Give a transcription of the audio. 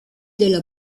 della